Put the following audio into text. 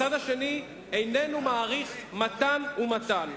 הצד השני איננו מעריך מתן ומתן,